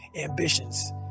ambitions